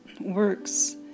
works